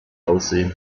aussehen